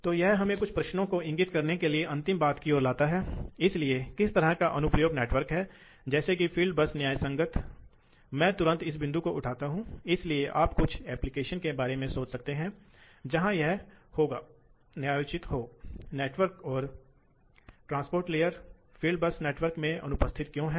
तो यहां आपके लिए कुछ प्रश्न हैं ऐसा क्यों है कि आमतौर पर लोड आवश्यकताओं को प्रवाह दरों के संदर्भ में कहा जाता है आपको अनुप्रयोगों को क्यों देखना है